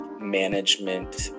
management